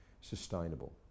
sustainable